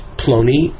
ploni